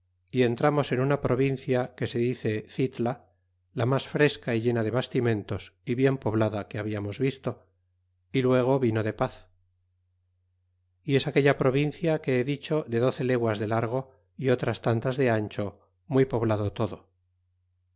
y entramos en una provincia que se dice cilla la mas fresca y llena de bastimentos y bien poblada que habiamos visto y luego vino de paz y es aquella provincia que he dicho de doce leguas de largo y otras tantas de ancho muy poblado todo